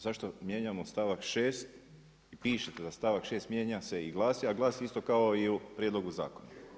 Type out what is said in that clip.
Zašto mijenjamo stavak 6., pišete da stavak 6. mijenja se i glasi, a glasi isto kao i u prijedlogu zakona.